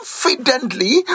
confidently